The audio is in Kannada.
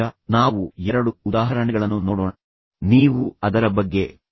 ಈಗ ನಾವು ಎರಡು ಉದಾಹರಣೆಗಳನ್ನು ನೋಡೋಣ ಮತ್ತು ನಾನು ಈಗ ಪರಿಹಾರಗಳನ್ನು ನೀಡಲು ಹೋಗುವುದಿಲ್ಲ